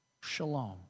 shalom